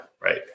Right